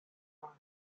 while